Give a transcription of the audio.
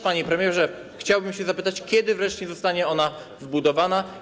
Panie premierze, chciałbym też zapytać, kiedy wreszcie zostanie ona wybudowana.